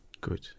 Good